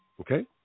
Okay